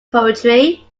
poetry